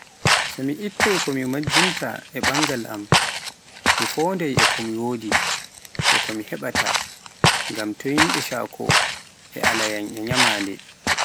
so ittai ko mijjinta e bangaal am, mi fondai ko mi wodi, e ko mi heɓɓata, ngam to yimɓe saako ɓe alaayan e nyamande.